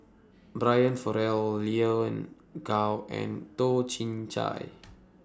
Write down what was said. Brian Farrell Lin Gao and Toh Chin Chye